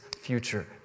future